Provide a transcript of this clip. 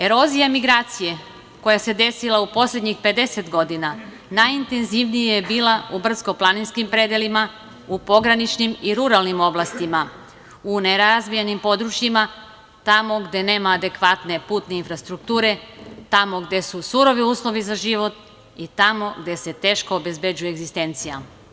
Erozija migracije koja se desila u poslednjih 50 godina najintenzivnija je bila u brdsko-planinskim predelima, u pograničnim i ruralnim oblastima, u nerazvijenim područjima, tamo gde nema adekvatne putne infrastrukture, tamo gde su surovi uslovi za život i tamo gde se teško obezbeđuje egzistencija.